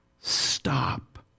stop